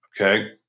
okay